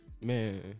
Man